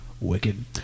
Wicked